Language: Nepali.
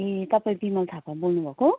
ए तपाईँ बिमल थापा बोल्नु भएको